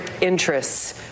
interests